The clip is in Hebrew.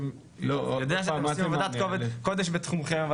ואני יודע שאתם עושים עבודת קודש בתחומכם,